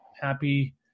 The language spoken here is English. Happy